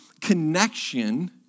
connection